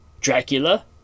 Dracula